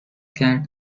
کرد